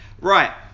Right